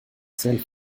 self